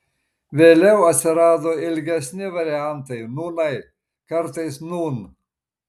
vėliau atsirado ilgesni variantai nūnai kartais nūn